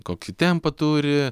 kokį tempą turi